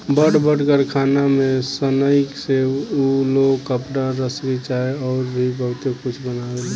बड़ बड़ कारखाना में सनइ से उ लोग कपड़ा, रसरी चाहे अउर भी बहुते कुछ बनावेलन